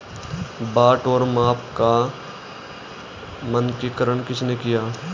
बाट और माप का मानकीकरण किसने किया?